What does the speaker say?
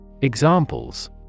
Examples